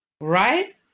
right